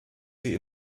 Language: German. sie